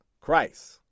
christ